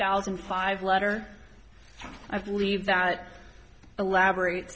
thousand five letter i believe that elaborate